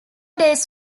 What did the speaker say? days